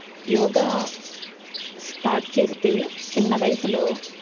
yoga start చేస్తే చిన్న వయసులో